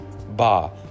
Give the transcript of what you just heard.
Ba